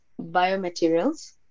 biomaterials